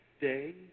day